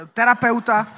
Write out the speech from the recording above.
terapeuta